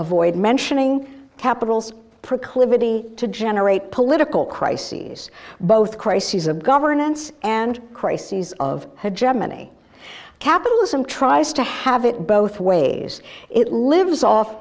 avoid mentioning capitals proclivity to generate political crises both crises of governance and crises of had gemini capitalism tries to have it both ways it lives off